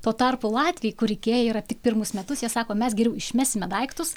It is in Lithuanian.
tuo tarpu latviai kur ikea yra tik pirmus metus jie sako mes geriau išmesime daiktus